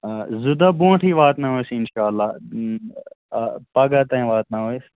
آ زٕ دۄہ برٛونٛٹھٕے واتناوَو أسۍ اِنشاءاللہ پگاہ تانۍ واتناوَو أسۍ